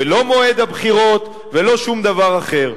ולא מועד הבחירות ולא שום דבר אחר.